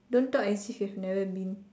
don't talk as if you've never been